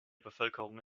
bevölkerung